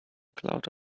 cloud